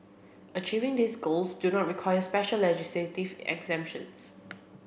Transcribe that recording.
achieving these goals do not require special legislative exemptions